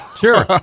Sure